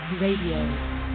Radio